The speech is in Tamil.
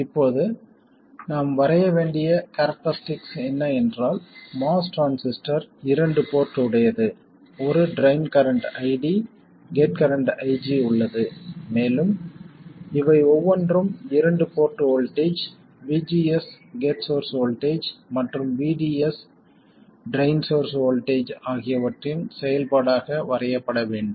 இப்போது நாம் வரைய வேண்டிய கேரக்டரிஸ்டிக்ஸ் என்ன என்றால் MOS டிரான்சிஸ்டர் இரண்டு போர்ட் உடையது ஒரு drain current ID gate current IG உள்ளது மேலும் இவை ஒவ்வொன்றும் இரண்டு port voltage VGS gate source voltage மற்றும் VDS ட்ரைன் சோர்ஸ் வோல்ட்டேஜ் ஆகியவற்றின் செயல்பாடாக வரையப்பட வேண்டும்